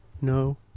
No